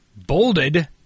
bolded